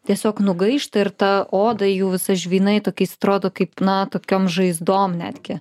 tiesiog nugaišta ir ta oda jų visa žvynai tokiais atrodo kaip na tokiom žaizdom netgi